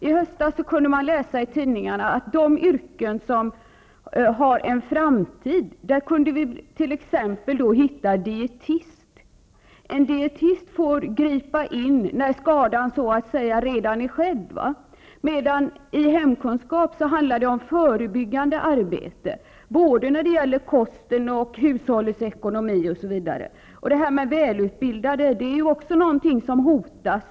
I höstas kunde man läsa i tidningarna att till de yrken som har en framtid hör dietist. En dietist får gripa in så att säga när skadan redan är skedd. I hemkunskap handlar det om förebyggande arbete när det gäller kosten, hushållens ekonomi, osv. Människors möjligheter att vara välutbildade är också hotade.